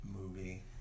movie